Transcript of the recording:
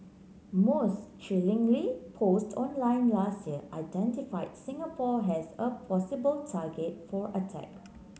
most chillingly posts online last year identified Singapore as a possible target for attack